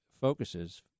focuses